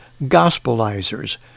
gospelizers